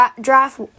draft